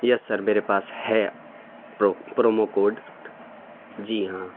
یس sir میرے پاس ہے پرو پرومو کوڈ جی ہاں